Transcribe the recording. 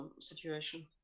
situation